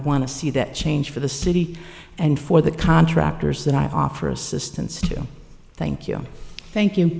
want to see that change for the city and for the contractors that i offer assistance to thank you thank you